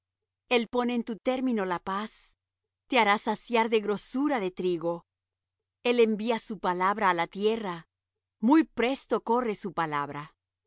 el pone en tu término la paz te hará saciar de grosura de trigo el envía su palabra á la tierra muy presto corre su palabra